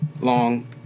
long